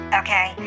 okay